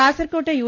കാസർകോട്ടെ യു